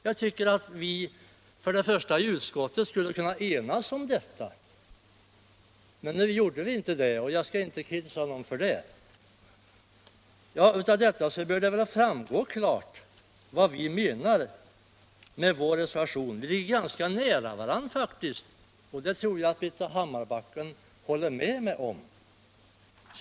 Jag tycker att vi i utskottet borde ha kunnat enas om detta. Men nu gjorde vi inte det, och jag skall inte kritisera någon för det. Av vad jag har sagt bör det framgå klart vad vi menar med vår reservation. Vi ligger ganska nära varandra, faktiskt, och jag tror att Britta Hammarbacken håller med mig om det.